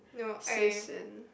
sis and